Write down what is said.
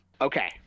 okay